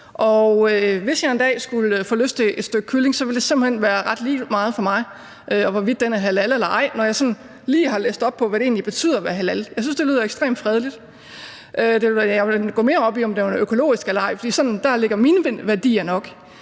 hvis jeg en dag skulle få lyst til et stykke kylling, ville det simpelt hen være ret lige meget for mig, hvorvidt den var halalslagtet eller ej, når jeg sådan lige har læst op på, hvad det egentlig betyder at være halal. Jeg synes, det lyder ekstremt fredeligt. Jeg ville da gå mere op i, om den var økologisk eller ej, for der lægger mine værdier nok.